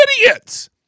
idiots